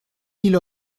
mille